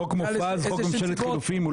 חוק מופז, חוק ממשלת חילופין.